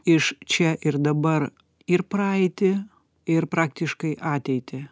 iš čia ir dabar ir praeitį ir praktiškai ateitį